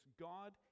God